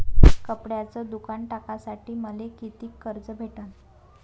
कपड्याचं दुकान टाकासाठी मले कितीक कर्ज भेटन?